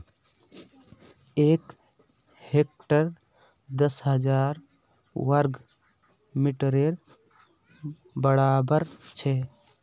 एक हेक्टर दस हजार वर्ग मिटरेर बड़ाबर छे